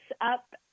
up